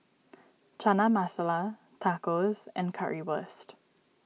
Chana Masala Tacos and Currywurst